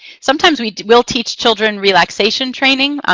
sometimes we will teach children relaxation training,